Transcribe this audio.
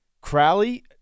Crowley